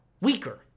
weaker